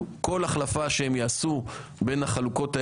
כל החלפה שהם יעשו בין החלוקות האלה,